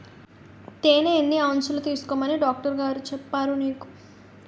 తేనె ఎన్ని ఔన్సులు తీసుకోమని డాక్టరుగారు చెప్పారు నీకు